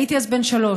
הייתי אז בן שלוש.